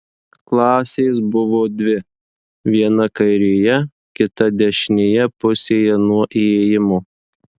klasės buvo dvi viena kairėje kita dešinėje pusėje nuo įėjimo